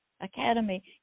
academy